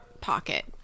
pocket